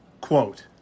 Quote